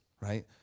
right